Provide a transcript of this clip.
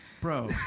bro